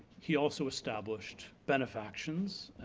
he also established benefactions,